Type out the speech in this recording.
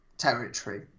Territory